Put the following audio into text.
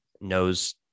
knows